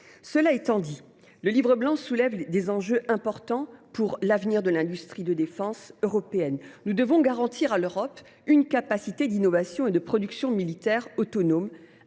Cela dit, ce livre blanc soulève des enjeux importants pour l’avenir de l’industrie de défense européenne. Nous devons garantir à l’Europe une capacité d’innovation et de production militaire autonome,